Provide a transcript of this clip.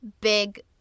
big